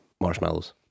marshmallows